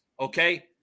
okay